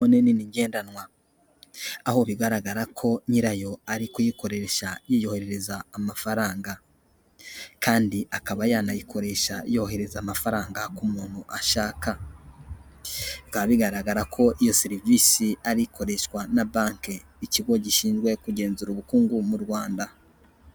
Telefone nini ngendanwa, aho bigaragara ko nyirayo ari kuyikoresha yiyoherereza amafaranga, kandi akaba yanayikoresha yohereza amafaranga ku muntu ashakaba. Bikaba bigaragara ko iyo serivisi ari ikoreshwa na banki. Ikigo gishinzwe kugenzura ubukungu mu Rwanda.